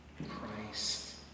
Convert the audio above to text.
Christ